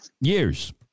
Years